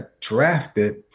drafted